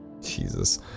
Jesus